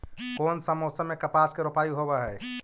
कोन सा मोसम मे कपास के रोपाई होबहय?